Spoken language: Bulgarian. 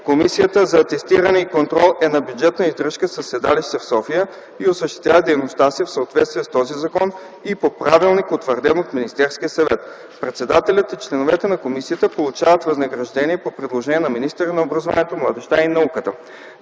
Комисията за атестиране и контрол е на бюджетна издръжка със седалище в София и осъществява дейността си в съответствие с този закон и по правилник, утвърден от Министерския съвет. Председателят и членовете на комисията получават възнаграждение по предложение на министъра на образованието, младежта и науката.